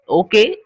okay